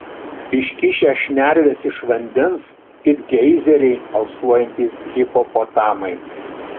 iškišę šnerves iš vandens it geizeriai alsuojantys hipopotamai